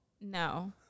No